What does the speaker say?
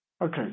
Okay